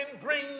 bring